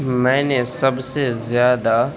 میں نے سب سے زیادہ